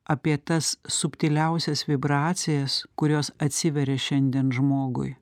apie tas subtiliausias vibracijas kurios atsiveria šiandien žmogui